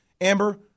Amber